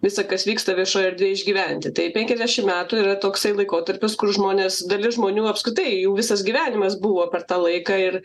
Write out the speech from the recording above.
visa kas vyksta viešojoj erdvėj išgyventi tai penkiasdešimt metų yra toksai laikotarpis kur žmonės dalis žmonių apskritai jų visas gyvenimas buvo per tą laiką ir